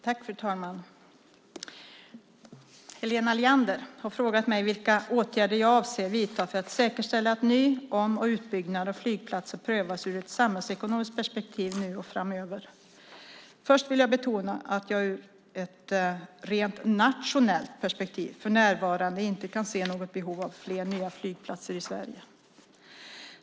Fru talman! Helena Leander har frågat mig vilka åtgärder jag avser att vidta för att säkerställa att ny-, om och utbyggnader av flygplatser prövas ur ett samhällsekonomiskt perspektiv, nu och framöver. Först vill jag betona att jag ur ett rent nationellt perspektiv för närvarande inte kan se något behov av fler nya flygplatser i Sverige.